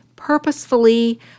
purposefully